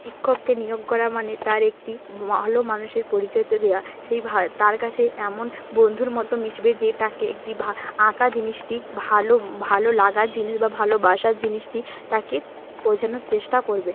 শিক্ষককে নিয়োগ করা মানে তার একটি ভালো মানুষের পরিচয় হতে দেওয়া সেই ভা তার কাছে এমন বন্ধুর মতো মিশবে যে তাকে একটি ভা আঁকা জিনিসটি ভালো ভালো লাগার জিনিস বা ভালোবাসার জিনিসটি তাকে বোঝানোর চেষ্টা করবে